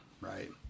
right